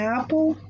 Apple